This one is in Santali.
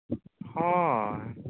ᱦᱚᱭ